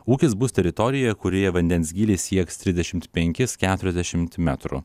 ūkis bus teritorijoje kurioje vandens gylis sieks trisdešimt penkis keturiasdešimt metrų